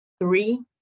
three